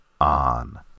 on